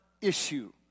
issue